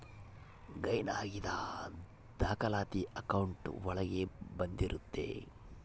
gain ಆಗಿದ್ ದಾಖಲಾತಿ account ಒಳಗ ಬಂದಿರುತ್ತೆ